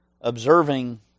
observing